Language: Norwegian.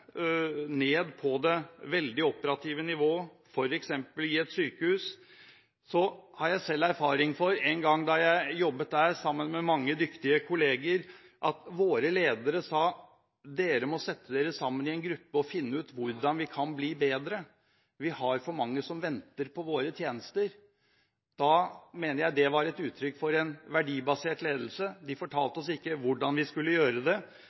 ned på det veldig operative nivå, f.eks. i et sykehus, har jeg selv erfaring med at en gang, da jeg jobbet der sammen med mange dyktige kolleger, sa våre ledere: Dere må sette dere sammen i en gruppe og finne ut hvordan vi kan bli bedre, vi har for mange som venter på våre tjenester. Da mener jeg det var et uttrykk for en verdibasert ledelse. De fortalte oss ikke hvordan vi skulle gjøre det.